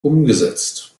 umgesetzt